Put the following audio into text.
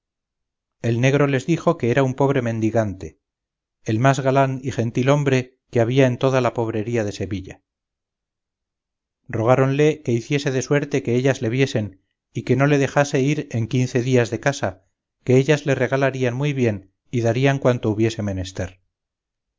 el negro les dijo que era un pobre mendigante el más galán y gentil hombre que había en toda la pobrería de sevilla rogáronle que hiciese de suerte que ellas le viesen y que no le dejase ir en quince días de casa que ellas le regalarían muy bien y darían cuanto hubiese menester